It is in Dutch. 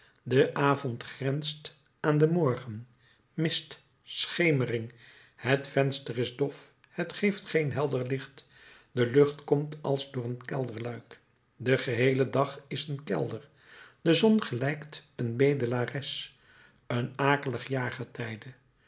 de avond grenst aan den morgen mist schemering het venster is dof het geeft geen helder licht de lucht komt als door een kelderluik de geheele dag is een kelder de zon gelijkt een bedelares een